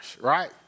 right